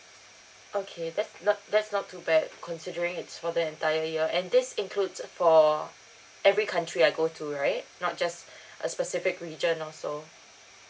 okay that's not that's not too bad considering it's for the entire year and this includes for every country I go to right not just a specific region or so